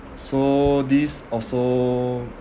so this also